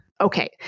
Okay